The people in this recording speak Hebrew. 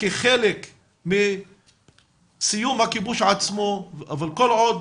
כחלק מסיום הכיבוש עצמו, אבל כל עוד